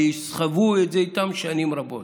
ויסחבו את זה איתם שנים רבות.